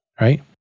Right